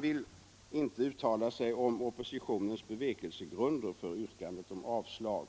vill inte uttala sig om oppositionens bevekelsegrunder för yrkandet om avslag.